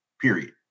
period